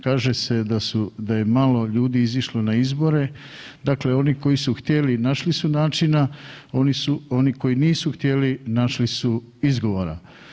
Kaže se da je malo ljudi izišlo na izbore, dakle oni koji su htjeli, našli su načina, oni koji nisu htjeli, našli su izgovora.